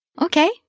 Okay